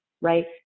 right